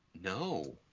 No